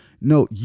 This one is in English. No